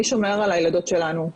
מי שומר על הילדות שלנו?